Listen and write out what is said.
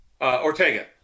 Ortega